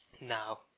Now